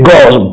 God